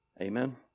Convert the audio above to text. Amen